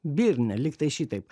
bylne lygtai šitaip